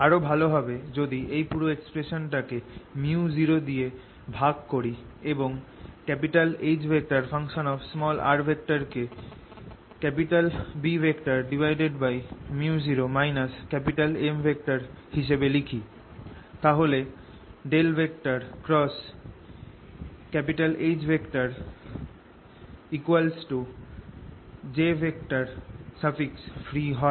আরও ভালো হবে যদি এই পুরো এক্সপ্রেসান টাকে µ0 দিয়ে যদি ভাগ করি এবং Hr কে Bµ0 M হিসেবে লিখি তাহলে H jfree হয়